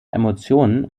emotionen